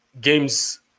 Games